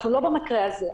אנחנו לא במקרה הזה.